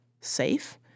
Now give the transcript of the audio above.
safe